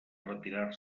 retirar